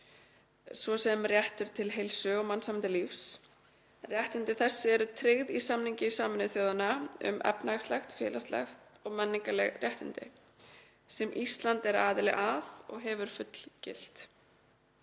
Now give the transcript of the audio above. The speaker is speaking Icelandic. svo sem réttur til heilsu og mannsæmandi lífs. Réttindi þessi eru tryggð í samningi Sameinuðu þjóðanna um efnahagsleg, félagsleg og menningarleg réttindi, sem Ísland er aðili að og hefur fullgilt.